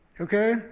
okay